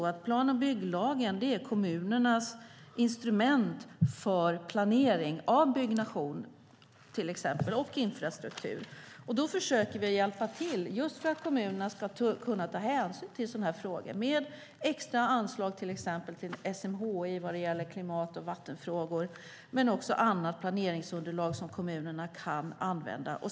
Plan och bygglagen är kommunernas instrument för planering av till exempel byggnation och infrastruktur. För att kommunerna ska kunna ta hänsyn till sådana frågor försöker vi hjälpa till exempelvis genom extra anslag till SMHI vad gäller klimat och vattenfrågor och genom annat planeringsunderlag som kommunerna kan använda.